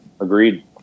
Agreed